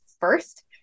first